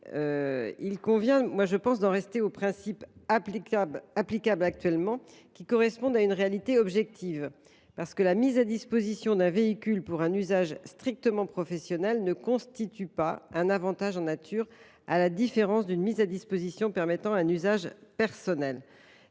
Il convient, selon moi, d’en rester aux principes applicables actuellement, car ils correspondent à une réalité objective : la mise à disposition d’un véhicule pour un usage strictement professionnel ne constitue pas un avantage en nature, à la différence d’une mise à disposition permettant un usage personnel.